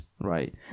right